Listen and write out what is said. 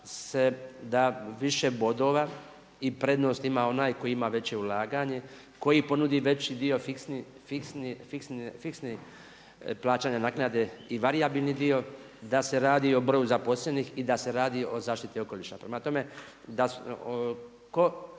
da više bodova i prednost ima onaj koji ima veće ulaganje, koji ponudi veći dio fiksnog plaćanja naknade i varijabilni dio, da se radi o broju zaposlenih i da se radi o zaštiti okoliša.